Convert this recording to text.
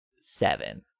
seven